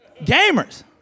Gamers